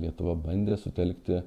lietuva bandė sutelkti